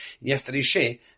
yesterday